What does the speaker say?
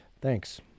Thanks